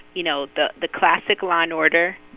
you know, the the classic law and order.